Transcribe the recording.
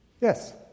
Yes